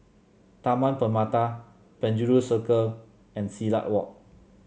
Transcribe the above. Taman Permata Penjuru Circle and Silat Walk